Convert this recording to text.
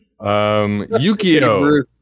Yukio